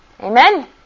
Amen